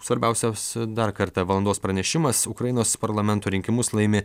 svarbiausios dar kartą valandos pranešimas ukrainos parlamento rinkimus laimi